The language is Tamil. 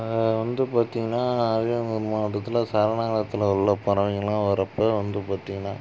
வந்து பார்த்திங்கனா அரியலூர் மாவட்டத்தில் சராணலயத்தில் உள்ள பறவைங்கள்லாம் வர்றப்போ வந்து பார்த்திங்கனா